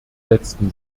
letzten